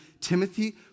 Timothy